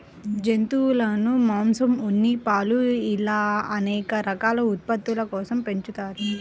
జంతువులను మాంసం, ఉన్ని, పాలు ఇలా అనేక రకాల ఉత్పత్తుల కోసం పెంచుతారు